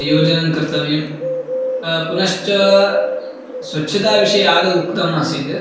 योजनं कर्तव्यं पुनश्च स्वच्छताविषये आदौ उक्तम् आसीत्